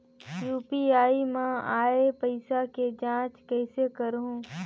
UPI मा आय पइसा के जांच कइसे करहूं?